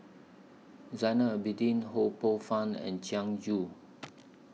Zainal Abidin Ho Poh Fun and Jiang Ju